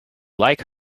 like